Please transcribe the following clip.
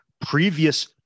previous